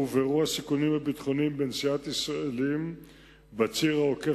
הובהרו הסיכונים הביטחוניים בנסיעת ישראלים בציר העוקף